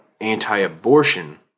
anti-abortion